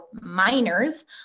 miners